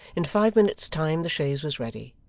in five minutes' time the chaise was ready,